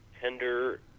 tender